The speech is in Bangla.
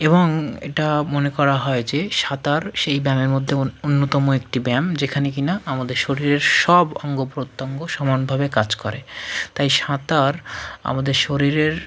এবং এটা মনে করা হয় যে সাঁতার সেই ব্যায়ামের মধ্যে অন্যতম একটি ব্যায়াম যেখানে কি না আমাদের শরীরের সব অঙ্গ প্রত্যঙ্গ সমানভাবে কাজ করে তাই সাঁতার আমাদের শরীরের